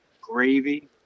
gravy